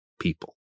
people